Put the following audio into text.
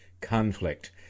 conflict